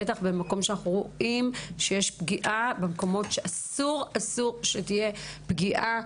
בטח במקום שאנחנו רואים פגיעה ואסור שתהיה פגיעה.